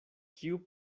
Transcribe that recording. kiu